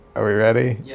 are we ready? yeah